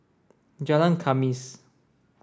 Jalan Khamis